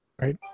right